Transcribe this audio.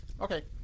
Okay